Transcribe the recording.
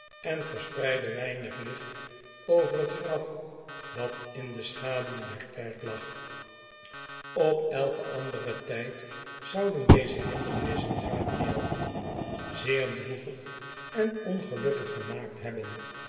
en verspreidde weinig licht over het graf dat in de schaduw der kerk lag op elken anderen tijd zouden deze hindernissen gabriel grub zeer droevig en ongelukkig gemaakt hebben